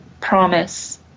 promise